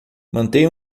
mantenha